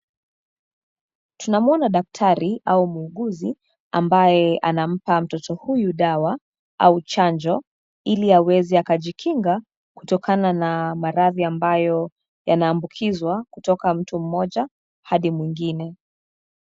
Tunamwona daktari au muuguzi, ambaye anampa mtoto huyu dawa, au chanjo, ili aweze akajikinga, kutokana na maradhi ambayo, yanaambukizwa, kutoka mtu mmoja, hadi mwingine.